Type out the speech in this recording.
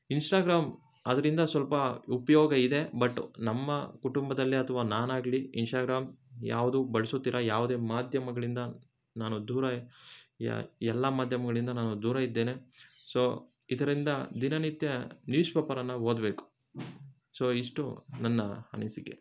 Instagram ಅದರಿಂದ ಸ್ವಲ್ಪ ಉಪಯೋಗ ಇದೆ ಬಟ್ ನಮ್ಮ ಕುಟುಂಬದಲ್ಲಿಅಥ್ವಾ ನಾನಾಗಲಿ ಇನ್ಸ್ಟಾಗ್ರಾಮ್ ಯಾವುದು ಬಳಸುತ್ತಿಲ್ಲ ಯಾವುದೇ ಮಾಧ್ಯಮಗಳಿಂದ ನಾನು ದೂರ ಯಾ ಎಲ್ಲಾ ಮಾಧ್ಯಮಗಳಿಂದ ನಾನು ದೂರ ಇದ್ದೇನೆ ಸೊ ಇದರಿಂದ ದಿನನಿತ್ಯ ನ್ಯೂಸ್ ಪೇಪರನ್ನು ಓದಬೇಕು ಸೊ ಇಷ್ಟು ನನ್ನ ಅನಿಸಿಕೆ